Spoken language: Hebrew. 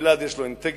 לגלעד יש אינטגריטי,